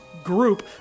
Group